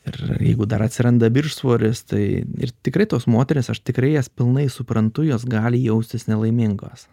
ir jeigu dar atsiranda viršsvoris tai ir tikrai tos moterys aš tikrai jas pilnai suprantu jos gali jaustis nelaimingos